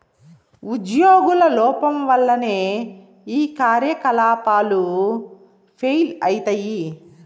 ఉజ్యోగుల లోపం వల్లనే ఈ కార్యకలాపాలు ఫెయిల్ అయితయి